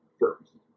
first